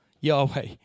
Yahweh